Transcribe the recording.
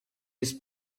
his